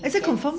is it confirm